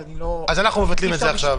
אז אני לא --- אז אנחנו מבטלים את זה עכשיו.